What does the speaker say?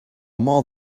more